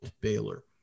Baylor